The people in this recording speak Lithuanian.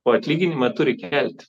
o atlyginimą turi kelt